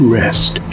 rest